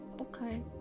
Okay